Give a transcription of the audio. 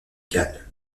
galles